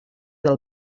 del